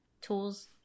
tools